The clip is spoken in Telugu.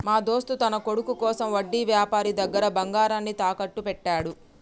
మా దోస్త్ తన కొడుకు కోసం వడ్డీ వ్యాపారి దగ్గర బంగారాన్ని తాకట్టు పెట్టాడు